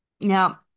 Now